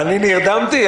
אני נרדמתי?